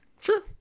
Sure